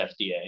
FDA